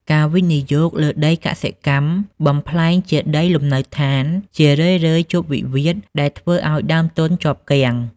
ការវិនិយោគលើដីកសិកម្មដើម្បីបំប្លែងជាដីលំនៅដ្ឋាន ជារឿយៗជួបវិវាទដែលធ្វើឱ្យដើមទុនជាប់គាំង។